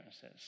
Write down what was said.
says